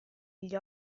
gli